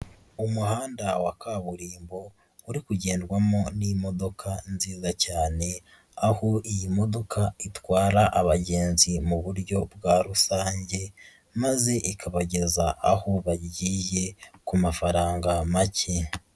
Umuhanda wa kaburimbo, uri kugendwamo n'imodoka nziza cyane, aho iyi modoka itwara abagenzi mu buryo bwa rusange, maze ikabageza aho bagiye ku mafaranga make.